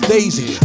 Daisy